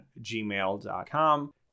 gmail.com